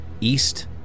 east